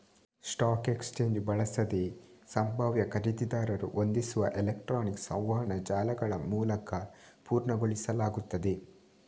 stock exchange ಬಳಸದೆಯೇ ಸಂಭಾವ್ಯ ಖರೀದಿದಾರರು ಹೊಂದಿಸುವ ಎಲೆಕ್ಟ್ರಾನಿಕ್ ಸಂವಹನ ಜಾಲಗಳಮೂಲಕ ಪೂರ್ಣಗೊಳಿಸಲಾಗುತ್ತದೆ